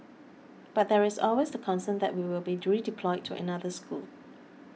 but there is always the concern that we will be redeployed to another school